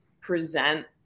present